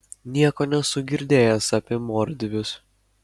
nieko nesu girdėjęs apie mordvius